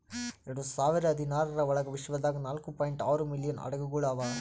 ಎರಡು ಸಾವಿರ ಹದಿನಾರರ ಒಳಗ್ ವಿಶ್ವದಾಗ್ ನಾಲ್ಕೂ ಪಾಯಿಂಟ್ ಆರೂ ಮಿಲಿಯನ್ ಹಡಗುಗೊಳ್ ಅವಾ